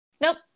Nope